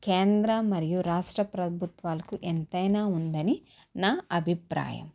కేంద్ర మరియు రాష్ట్ర ప్రభుత్వాలకు ఎంతైనా ఉందని నా అభిప్రాయం